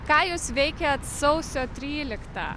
ką jūs veikėt sausio tryliktą